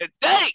today